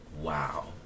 wow